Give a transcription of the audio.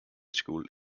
school